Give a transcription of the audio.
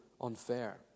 unfair